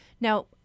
Now